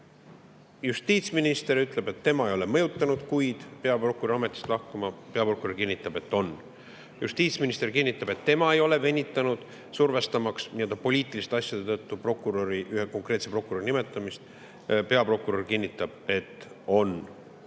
Justiitsminister ütleb, et tema ei ole mõjutanud peaprokuröri ametist lahkuma. Peaprokurör kinnitab, et on. Justiitsminister kinnitab, et tema ei ole venitanud, survestamaks poliitiliste asjade tõttu ühe konkreetse prokuröri nimetamist. Peaprokurör kinnitab, et on.